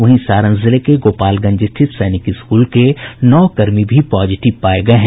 वहीं सारण जिले के गोपालगंज स्थित सैनिक स्कूल के नौ कर्मी भी पॉजिटिव पाये गये हैं